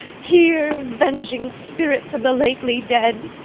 hear, venging spirits of the lately dead!